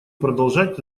продолжать